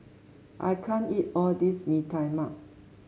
I can't eat all this Mee Tai Mak